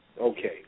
Okay